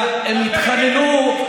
הם התחננו,